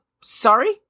sorry